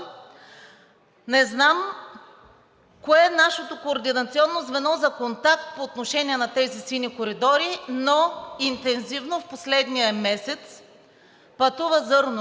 не знам кое е нашето координационно звено за контакт по отношение на тези сини коридори, но интензивно в последния месец пътува зърно